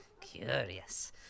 Curious